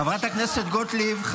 חברת הכנסת גוטליב,